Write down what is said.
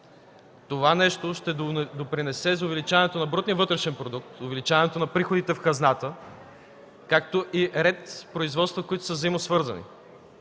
Това ще допринесе за увеличаване на брутния вътрешен продукт, за увеличаване на приходите в хазната, както и ред производства, които са взаимно свързани